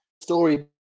story